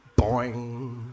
Boing